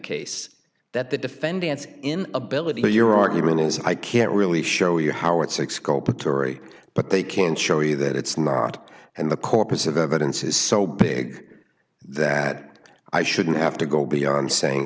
case that the defendants in ability that your argument is i can't really show you how it's six scope atory but they can show you that it's not and the corpus of evidence is so big that i shouldn't have to go beyond saying